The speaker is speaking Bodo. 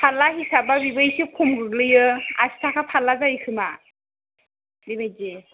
फारला हिसाब बा बिबो एसे खम गोलैयो आसि थाखा फारला जायो खोमा बेबायदि